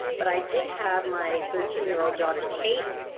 but i did have my thirteen year old daughter, kate.